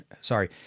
Sorry